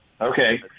Okay